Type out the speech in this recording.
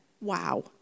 wow